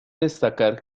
destacar